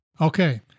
Okay